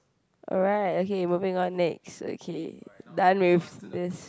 alright okay moving on next done with this